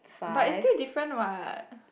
but is still different what